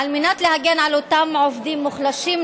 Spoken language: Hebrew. על מנת להגן על אותם עובדים מוחלשים,